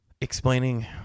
explaining